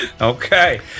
Okay